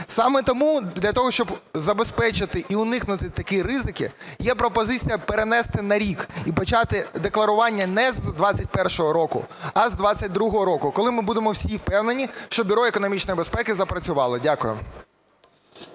Саме тому для того, щоб забезпечити і уникнути таких ризиків, є пропозиція перенести на рік і почати декларування не з 21-го року, а з 22-го року, коли ми будемо всі впевнені, що Бюро економічної безпеки запрацювало. Дякую.